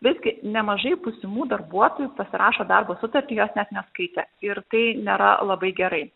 visgi nemažai būsimų darbuotojų pasirašo darbo sutartį jos net neskaitę ir tai nėra labai gerai